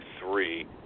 three